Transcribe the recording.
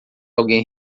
alguém